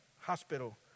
hospital